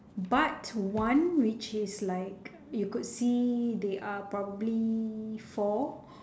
but one which is like you could see they are probably four